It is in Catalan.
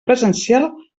presencial